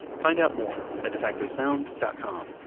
find out more at defactosound dot com.